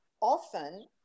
often